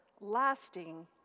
lasting